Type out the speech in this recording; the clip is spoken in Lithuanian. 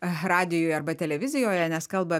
radijuje arba televizijoje nes kalba